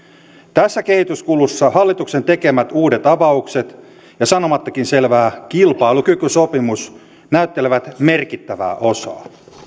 tässä kehityskulussa hallituksen tekemät uudet avaukset ja sanomattakin selvää kilpailukykysopimus näyttelevät merkittävää osaa